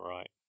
Right